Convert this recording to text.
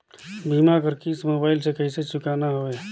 बीमा कर किस्त मोबाइल से कइसे चुकाना हवे